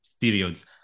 periods